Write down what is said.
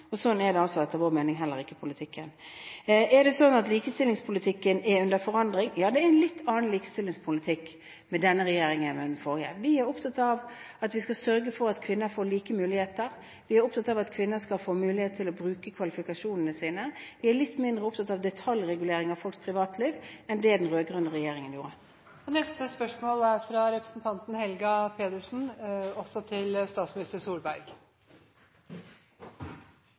Og slik er det, etter vår mening, heller ikke i politikken. Er det slik at likestillingspolitikken er under forandring? Ja, det er en litt annen likestillingspolitikk med denne regjeringen enn med den forrige. Vi er opptatt av at vi skal sørge for at kvinner får like muligheter. Vi er opptatt av at kvinner skal få mulighet til å bruke kvalifikasjonene sine. Vi er litt mindre opptatt av detaljregulering av folks privatliv enn det den rød-grønne regjeringen